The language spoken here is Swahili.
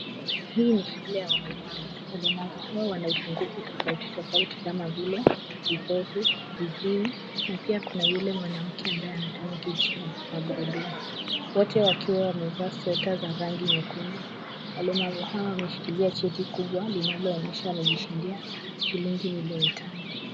Hii ni shule ya walemavu. Walemavu hawa wana upungufu tofauti tofauti kama vile; upofu, uziwi na pia kuna yule mwanamke ambaye anatumia kiti cha magurudumu. Wote wakiwa wamevaa sweta za rangi nyekundu. Walemavu hawa wameshikilia cheti kubwa inayoonyesha wamejishindia shilingi milioni tano.